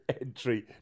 entry